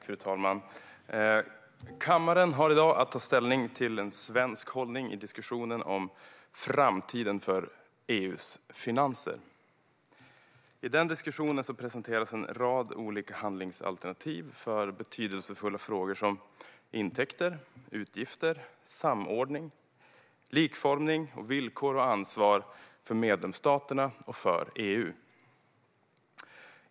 Fru talman! Kammaren har i dag att ta ställning till en svensk hållning i diskussionen om framtiden för EU:s finanser. I denna diskussion presenteras en rad olika handlingsalternativ för betydelsefulla frågor som intäkter, utgifter, samordning, likformning, villkor och ansvar för medlemsstaterna och för EU.